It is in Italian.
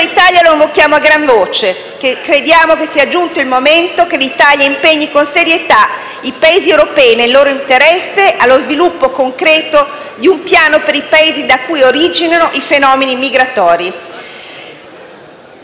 Italia lo invochiamo a gran voce. Crediamo che sia giunto il momento che l'Italia impegni con serietà i Paesi europei, nel loro interesse, allo sviluppo concreto di un piano per i Paesi da cui originano i fenomeni migratori.